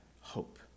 Hope